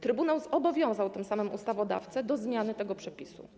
Trybunał zobowiązał tym samym ustawodawcę do zmiany tego przepisu.